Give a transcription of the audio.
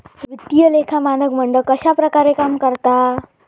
वित्तीय लेखा मानक मंडळ कश्या प्रकारे काम करता?